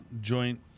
joint